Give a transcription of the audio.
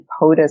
POTUS